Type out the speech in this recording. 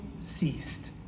ceased